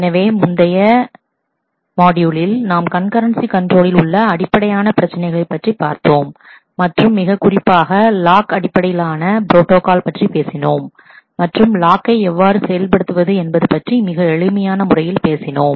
எனவே முந்தைய மாட்யூலில் நாம் கண்கரன்சி கண்ட்ரோலில் உள்ள அடிப்படையான பிரச்சினைகள் பற்றி பார்த்தோம் மற்றும் மிக குறிப்பாகப் லாக் அடிப்படையிலான ப்ரோட்டாகால் பற்றி பேசினோம் மற்றும் லாக்கை எவ்வாறு செயல்படுத்துவது என்பது பற்றி மிக எளிமையான முறையில் பேசினோம்